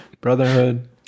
Brotherhood